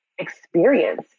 experience